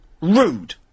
rude